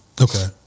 Okay